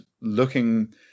looking